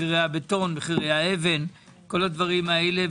מחירי הבטון והאבן וכל הדברים האלה.